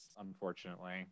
Unfortunately